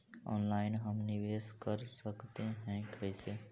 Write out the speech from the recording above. Online हम निवेश कर सकते है, कैसे?